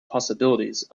possibilities